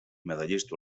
medallista